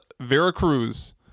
Veracruz